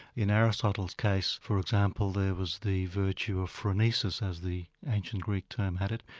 in aristotle's case, for example, there was the virtue of phronesis, as the ancient greek term had it,